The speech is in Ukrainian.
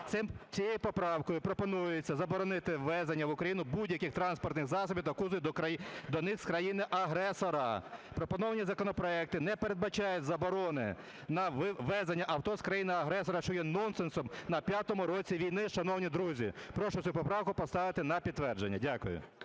Цією поправкою пропонується заборонити ввезення в Україну будь-яких транспортних засобів та кузовів до них з країни-агресора. Пропоновані законопроекти не передбачають заборони на ввезення авто з країни-агресора, що є нонсенсом на п'ятому році війни, шановні друзі. Прошу цю поправку поставити на підтвердження. Дякую.